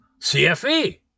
CFE